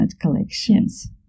collections